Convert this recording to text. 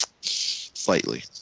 Slightly